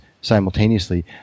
simultaneously